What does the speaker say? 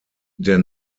der